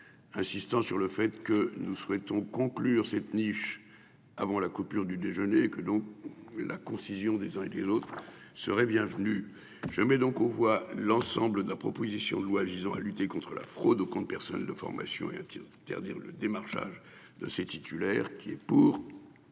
Insistant sur le fait que nous souhaitons conclure cette niche avant la coupure du déjeuner que donc la concision des uns et des autres. Serait bienvenue. Je mets donc aux voix l'ensemble de la proposition de loi visant à lutter contre la fraude au compte personnel de formation et ternir dire le démarchage de ses titulaires qui est pour.